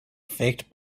faked